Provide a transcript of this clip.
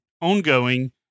ongoing